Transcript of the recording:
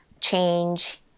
change